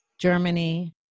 Germany